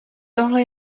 tohle